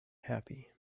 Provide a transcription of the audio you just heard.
happy